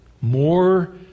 More